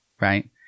right